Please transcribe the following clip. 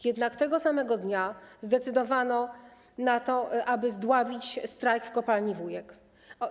Jednak tego samego dnia zdecydowano się na to, aby zdławić strajk w kopalni Wujek.